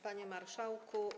Panie Marszałku!